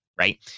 right